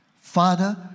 Father